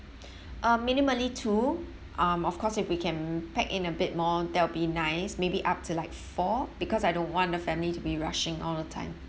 uh minimally too um of course if we can pack in a bit more that'll be nice maybe up to like four because I don't want the family to be rushing all the time